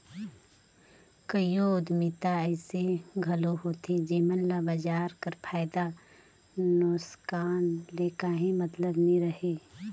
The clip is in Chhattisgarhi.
कइयो उद्यमिता अइसे घलो होथे जेमन ल बजार कर फयदा नोसकान ले काहीं मतलब नी रहें